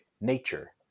nature